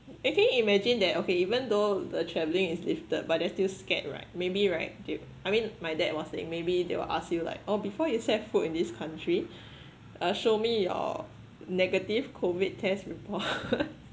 eh can you imagine that okay even though the travelling is lifted but they're still scared right maybe right gi~ I mean my dad was saying maybe they will ask you like oh before you set foot in this country uh show me your negative COVID test report